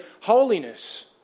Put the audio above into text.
holiness